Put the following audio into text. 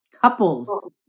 couples